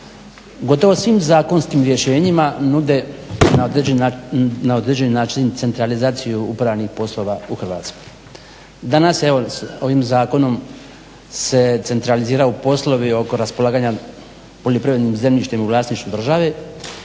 gotovo svim zakonskim rješenjima nude na određeni način centralizaciju upravnih poslova u Hrvatskoj. Danas je evo ovim zakonom se centraliziraju poslovi oko raspolaganja poljoprivrednim zemljištem u vlasništvu države.